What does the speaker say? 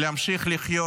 להמשיך לחיות